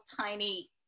tiny